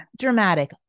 Dramatic